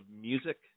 Music